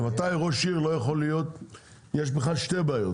ממתי ראש עיר לא יכול להיות- יש בכלל שתי בעיות,